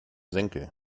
senkel